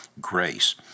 grace